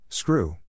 Screw